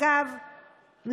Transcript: אגב,